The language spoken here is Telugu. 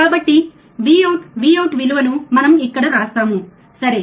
కాబట్టి Vout Vout విలువను మనం ఇక్కడ వ్రాస్తాము సరే